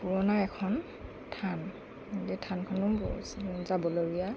পুৰণা এখন থান এই থানখনো যাবলগীয়া